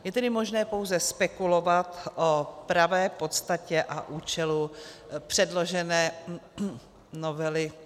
Je tedy možné pouze spekulovat o pravé podstatě a účelu předložené novely...